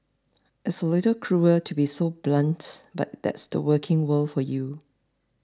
it's a little cruel to be so blunt but that's the working world for you